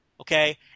okay